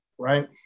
right